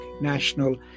national